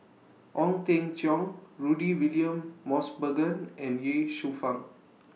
Ong Teng Cheong Rudy William Mosbergen and Ye Shufang